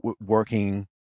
working